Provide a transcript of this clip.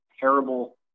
terrible